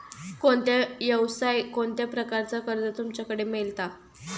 कोणत्या यवसाय कोणत्या प्रकारचा कर्ज तुमच्याकडे मेलता?